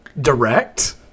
Direct